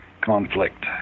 conflict